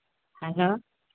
hello